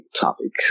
topic